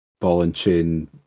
ball-and-chain